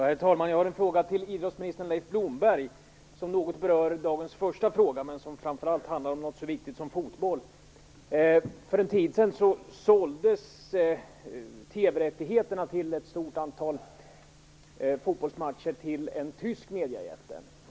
Herr talman! Jag har en fråga till idrottsminister Leif Blomberg som något berör dagens första fråga men som framför allt handlar om något så viktigt som fotboll. För en tid sedan såldes TV-rättigheterna till ett stort antal fotbollsmatcher till en tysk mediejätte.